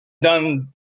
done